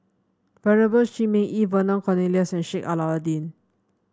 Venerable Shi Ming Yi Vernon Cornelius and Sheik Alau'ddin